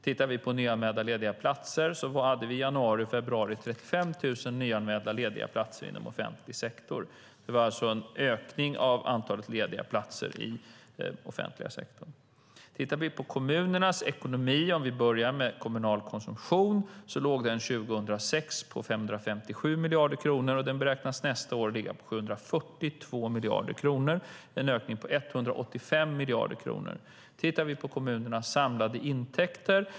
Vi kan titta på nyanmälda lediga platser. Vi hade i januari och februari 35 000 nyanmälda lediga platser inom offentlig sektor. Det var alltså en ökning av antalet lediga platser i den offentliga sektorn. Vi kan titta på kommunernas ekonomi. Vi kan börja med kommunal konsumtion. Den låg 2006 på 557 miljarder kronor, och den beräknas nästa år ligga på 742 miljarder kronor. Det är en ökning med 185 miljarder kronor. Vi kan titta på kommunernas samlade intäkter.